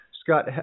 Scott